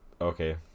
okay